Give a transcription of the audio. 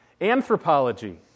Anthropology